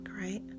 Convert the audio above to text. right